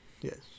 Yes